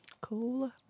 cool